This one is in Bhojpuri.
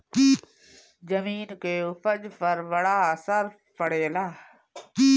जमीन के उपज पर बड़ा असर पड़ेला